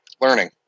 learning